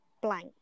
Blank